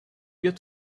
get